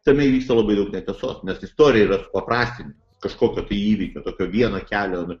tame įvyksta labai daug netiesos nes istorija yra supaprastinta kažkokio tai įvykio tokio vieno kelio